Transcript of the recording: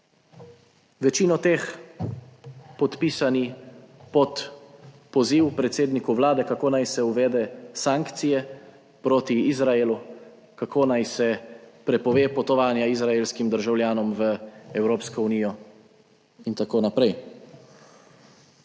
Večino teh podpisani pod poziv predsedniku vlade, kako naj se uvede sankcije proti Izraelu, kako naj se prepove potovanje izraelskim državljanom v Evropsko unijo, itn.